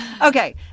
Okay